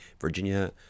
Virginia